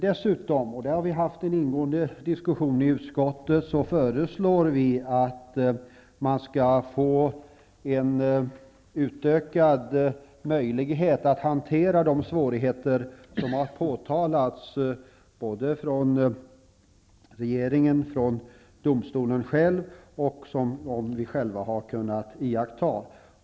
Därutöver har vi efter en ingående diskussion i utskottet föreslagit en utökning av möjligheterna att hantera de svårigheter som har påtalats både av regeringen och av domstolen själv och som också vi själva har kunnat iaktta.